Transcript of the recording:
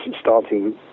starting